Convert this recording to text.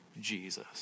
Jesus